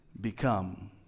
become